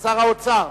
שר האוצר,